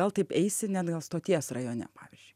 gal taip eisi net gal stoties rajone pavyzdžiui